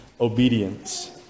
obedience